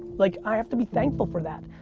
like i have to be thankful for that.